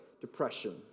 depression